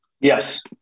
Yes